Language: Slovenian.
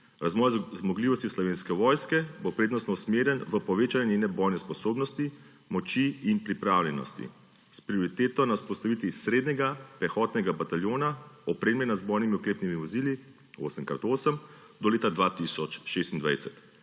Razvoj zmogljivosti Slovenske vojske bo prednostno usmerjen v povečanje njene bojne sposobnosti, moči in pripravljenosti, s prioriteto na vzpostavitvi srednjega pehotnega bataljona, opremljenega z bojnimi oklepnimi vozili 8X8 do leta 2026.